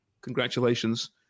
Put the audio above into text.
Congratulations